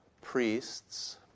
Priests